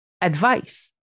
advice